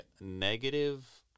negative